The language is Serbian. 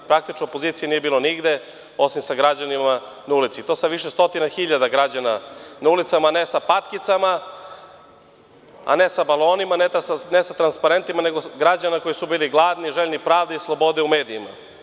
Praktično opozicije nije bilo nigde, osim sa građanima na ulici i to sa više stotina hiljada građana na ulicama, ne sa patkicama, a ne sa balonima, ne sa transparentima, nego građana koji su bili gladni i željni pravde i slobode u medijima.